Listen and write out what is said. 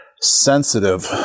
sensitive